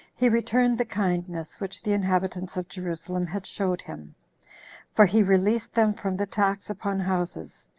he returned the kindness which the inhabitants of jerusalem had showed him for he released them from the tax upon houses,